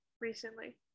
recently